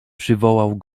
przywołał